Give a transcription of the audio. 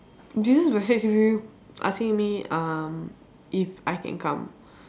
they just message me asking me um if I can come